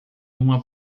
uma